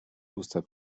usta